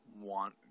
want